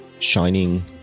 shining